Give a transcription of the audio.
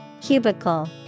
Cubicle